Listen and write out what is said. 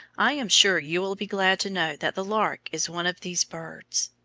i am sure you will be glad to know that the lark is one of these birds.